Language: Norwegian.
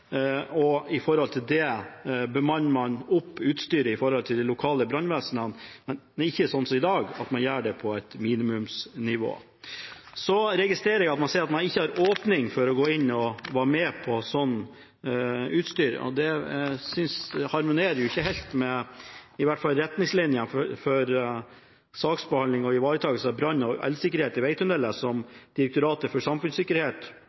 og at man ut fra det ruster opp utstyr ved de lokale brannvesenene, men ikke sånn som i dag, at man gjør det på et minimumsnivå. Så registrerer jeg at man sier at man ikke har åpning for å gå inn og være med på slik opprustning av utstyr. Det harmonerer i hvert fall ikke helt med «retningslinjer for saksbehandling og ivaretakelse av brann- og elsikkerhet i vegtunneler», som Direktoratet for samfunnssikkerhet